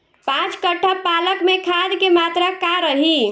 पाँच कट्ठा पालक में खाद के मात्रा का रही?